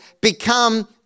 become